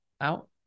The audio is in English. out